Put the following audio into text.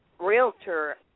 realtor